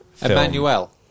Emmanuel